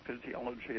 physiology